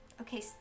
Okay